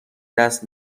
دست